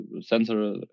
sensor